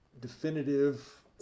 definitive